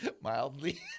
Mildly